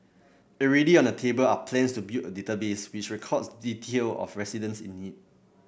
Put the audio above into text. already on the table are plans to build a database which records detail of residents in need